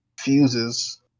fuses